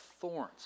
thorns